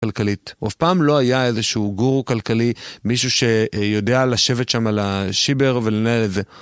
כלכלית. הוא אף פעם לא היה איזה שהוא גורו כלכלי, מישהו שיודע לשבת שם על השיבר ולנהל את זה.